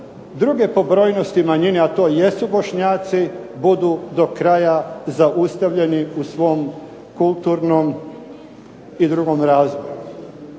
druge po brojnosti manjine, a to jesu Bošnjaci budu do kraja zaustavljeni u svom kulturnom i drugom razvoju.